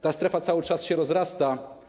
Ta strefa cały czas się rozrasta.